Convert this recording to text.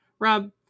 Rob